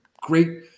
great –